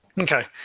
Okay